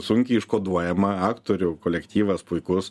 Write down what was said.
sunkiai iškoduojama aktorių kolektyvas puikus